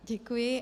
Děkuji.